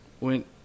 went